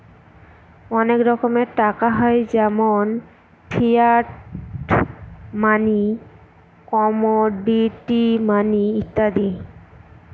অনেক রকমের টাকা হয় যেমন ফিয়াট মানি, কমোডিটি মানি ইত্যাদি